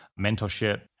mentorship